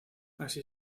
así